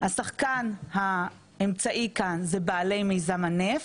השחקן האמצעי כאן זה בעלי מיזם הנפט,